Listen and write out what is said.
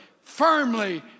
firmly